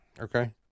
Okay